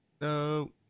no